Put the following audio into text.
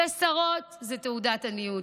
שש שרות זה תעודת עניות,